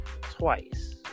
twice